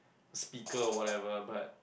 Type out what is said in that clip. speaker or whatever but